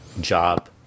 job